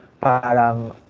parang